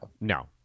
No